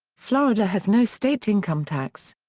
florida has no state income tax.